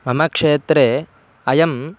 मम क्षेत्रे अयं